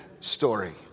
story